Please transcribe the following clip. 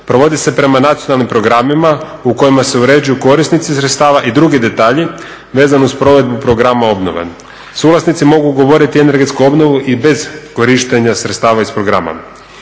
provodi se prema nacionalnim programima u kojima se uređuju korisnici sredstava i drugi detalji vezano uz provedbu programa obnove. Suvlasnici mogu ugovoriti energetsku obnovu i bez korištenja sredstava iz programa.